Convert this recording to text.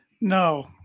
No